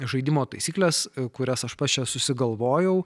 žaidimo taisyklės kurias aš pačias susigalvojau